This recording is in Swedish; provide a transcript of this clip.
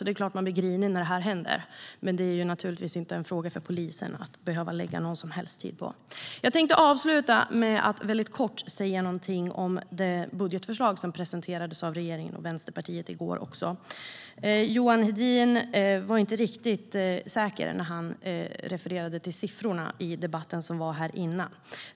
Det är klart att man grinig när sådant händer, men det är naturligtvis ingenting som polisen ska behöva lägga någon som helst tid på. Jag ska avsluta med att kort säga något om det budgetförslag som presenterades av regeringen och Vänsterpartiet i går. Johan Hedin var inte riktigt säker på siffrorna som han refererade till i debatten här innan.